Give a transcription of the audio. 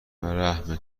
رحم